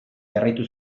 jarraitu